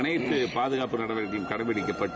அனைத்து பாதுகாப்பு நடவடிக்கைகளும் கடைபிடிக்கப்பட்டு